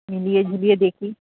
মিলিয়ে ঝুলিয়ে দেখি